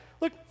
look